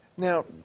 Now